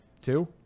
Two